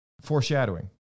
foreshadowing